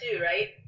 right